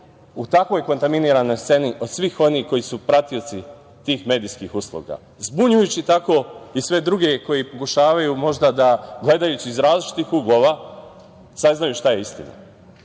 u takvoj kontaminiranoj sceni od svih onih koji su pratioci tih medijskih usluga, zbunjujući tako i sve druge koji pokušavaju možda da gledajući iz različitih uglova, saznaju šta je